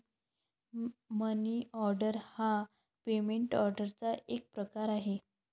मनी order हा payment ऑर्डरचा एक प्रकार आहे